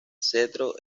cetro